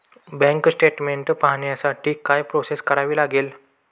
Bank statement पाहण्यासाठी काय process करावी लागेल?